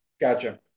Gotcha